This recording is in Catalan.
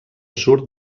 surt